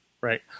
Right